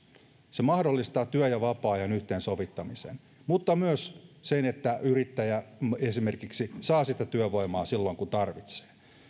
se mahdollistaa työn ja vapaa ajan yhteensovittamisen mutta myös sen että esimerkiksi yrittäjä saa työvoimaa silloin kun tarvitsee